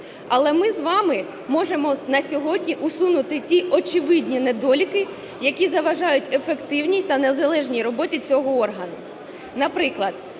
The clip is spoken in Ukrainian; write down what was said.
Але ми з вами можемо на сьогодні усунути ті очевидні недоліки, які заважають ефективній та незалежність роботі цього органу. Наприклад,